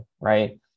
right